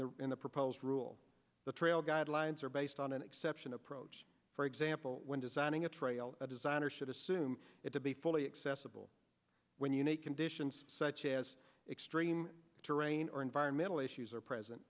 the in the proposed rule the trail guidelines are based on an exception approach for example when designing a trail a design or should assume it to be fully accessible when you need conditions such as extreme terrain or environmental issues are present